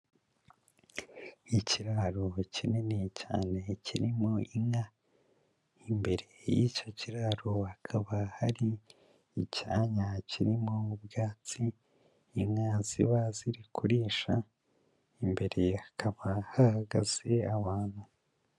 Nk'ikiraro kinini cyane kirimo inka, imbere y'icyo kiraro hakaba hari icyanya kirimo ubwatsi inka ziba ziri kurisha, imbere hakaba hahagaze abantu.